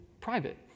private